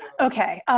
okay,